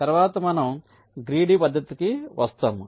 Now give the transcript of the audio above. తరువాత మనం గ్రీడీ పద్ధతికి వస్తాము